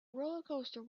rollercoaster